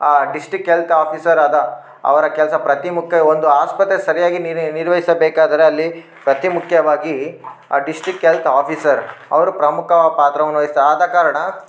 ಆ district health officer ಆದ ಅವರ ಕೆಲಸ ಅತಿ ಮುಖ್ಯ ಒಂದು ಆಸ್ಪತ್ರೆ ಸರಿಯಾಗಿ ನಿರ್ವಹಿಸಬೇಕಾದರೆ ಅಲ್ಲಿ ಅತಿ ಮುಖ್ಯವಾಗಿ ಆ ಡಿಸ್ಟಿಕ್ ಹೆಲ್ತ್ ಆಫೀಸರ್ ಅವರು ಪ್ರಮುಖ ಪಾತ್ರವನ್ನು ವಹಿಸ್ತಾರೆ ಆದ ಕಾರಣ